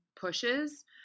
pushes